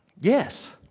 Yes